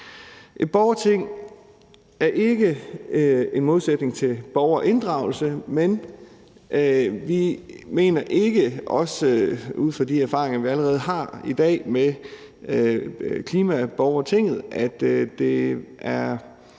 Et borgerting står ikke i modsætning til borgerinddragelse, men vi mener ikke, og det er også ud fra de erfaringer, vi allerede har i dag med klimaborgertinget, at det er